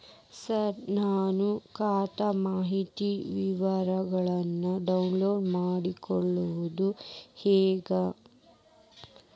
ಸರ ನನ್ನ ಖಾತಾ ಮಾಹಿತಿ ವಿವರಗೊಳ್ನ, ಡೌನ್ಲೋಡ್ ಮಾಡ್ಕೊಳೋದು ಹೆಂಗ?